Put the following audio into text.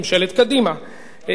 ממשלת קדימה.